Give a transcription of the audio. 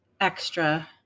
extra